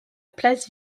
place